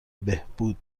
بهبود